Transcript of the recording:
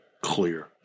clear